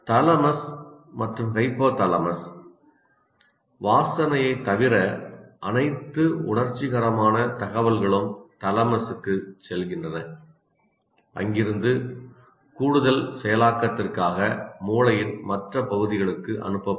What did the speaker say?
thalamus மற்றும் hypothalamus வாசனையைத் தவிர அனைத்து உணர்ச்சிகரமான தகவல்களும் தாலமஸுக்குச் செல்கின்றன அங்கிருந்து கூடுதல் செயலாக்கத்திற்காக மூளையின் மற்ற பகுதிகளுக்கு அனுப்பப்படும்